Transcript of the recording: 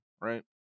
right